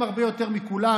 והם הרבה יותר מכולם.